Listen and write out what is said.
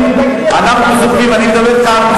אתה מדבר על,